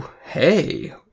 hey